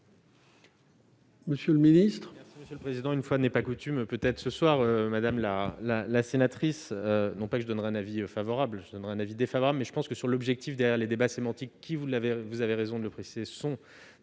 Monsieur le ministre,